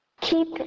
Keep